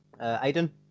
Aidan